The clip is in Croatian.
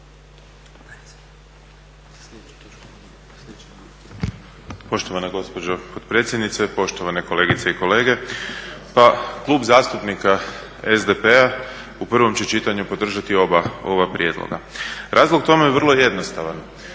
Poštovana gospođo potpredsjednice, poštovane kolegice i kolege. Pa Klub zastupnika SDP-a u prvom će čitanju podržati oba ova prijedloga. Razlog tome vrlo je jednostavan.